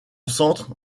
centre